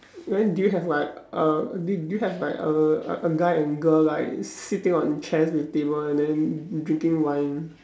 then do you have like a do do you have like a a guy and girl like sitting on chairs with table and then drinking wine